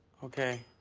okay,